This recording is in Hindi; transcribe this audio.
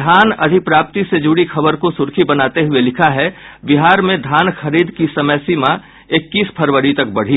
धान अधिप्राप्ति से जुड़ी खबर को सुर्खी बनाते हुये लिखा है बिहार में धान खरीद की समयसीमा इक्कीस फरवरी तक बढ़ी